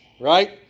right